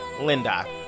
Linda